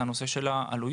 הנושא של העלויות.